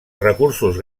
recursos